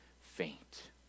faint